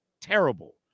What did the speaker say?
Terrible